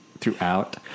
throughout